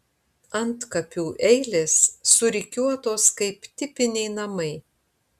antkapių eilės surikiuotos kaip tipiniai namai